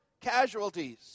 casualties